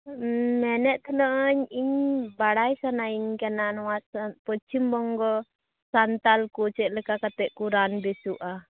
ᱩᱸ ᱢᱮᱱᱮᱫ ᱛᱟᱦᱮᱱᱟᱹᱧ ᱤᱧ ᱵᱟᱲᱟᱭ ᱥᱟᱱᱟᱧ ᱠᱟᱱᱟ ᱱᱟᱣᱟ ᱯᱚᱪᱷᱤᱢ ᱵᱚᱝᱜᱚ ᱥᱟᱱᱛᱟᱞ ᱠᱚ ᱪᱮᱫ ᱞᱮᱠᱟ ᱠᱟᱛᱮᱫ ᱠᱚ ᱨᱟᱱ ᱵᱮᱥᱳᱜ ᱟ